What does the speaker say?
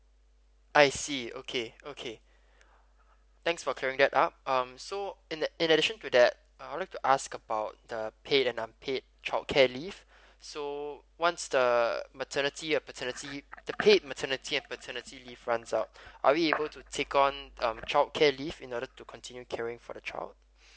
I see okay okay thanks for clearing that out um so in the in addition to that I would like to ask about the paid and unpaid childcare leave so once uh maternity and paternity the paid maternity and paternity leave run out are we able to take on um childcare leave in order to continue caring for the child